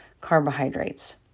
carbohydrates